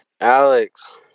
Alex